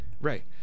Right